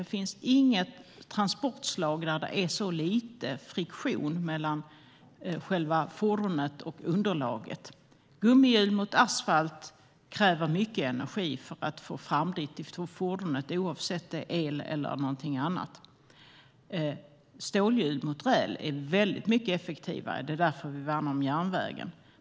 Det finns inget annat transportslag där det är så lite friktion mellan fordonet och underlaget. Gummihjul mot asfalt kräver mycket energi för att fordonet ska kunna framföras, oavsett om det går på el eller någonting annat. Stålhjul mot räls är mycket effektivare. Det är därför som vi värnar om järnvägen.